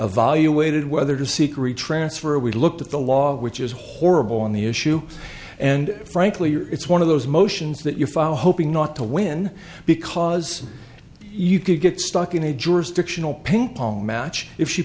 of value waited whether to seek retransfer we looked at the law which is horrible on the issue and frankly it's one of those motions that you file hoping not to win because you could get stuck in a jurisdictional ping pong match if she